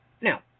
Now